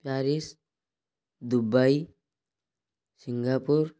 Paris Dubai Singapore